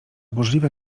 burzliwe